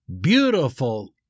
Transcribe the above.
beautiful